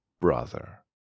brother